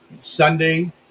Sunday